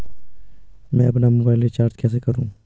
मैं अपना mobile recharge कैसे करूँ?